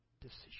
decision